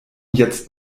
jetzt